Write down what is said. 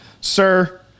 sir